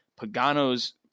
Pagano's